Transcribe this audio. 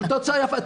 התוצאה יפה.